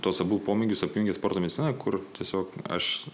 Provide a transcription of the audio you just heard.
tuos abu pomėgius apjungia sporto medicina kur tiesiog aš